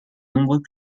nombreux